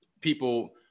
people